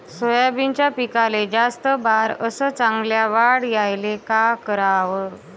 सोयाबीनच्या पिकाले जास्त बार अस चांगल्या वाढ यायले का कराव?